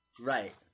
Right